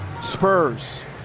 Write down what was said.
Spurs